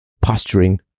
posturing